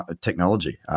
technology